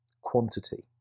quantity